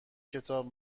کتاب